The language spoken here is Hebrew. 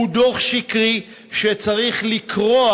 הוא דוח שקרי שצריך לקרוע,